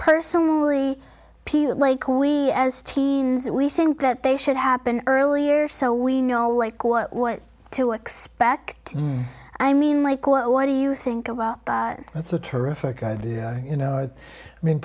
personally like we as teens we think that they should happen earlier so we know what quite what to expect i mean like well what do you think about that's a terrific idea you know i mean